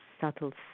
subtle